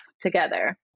together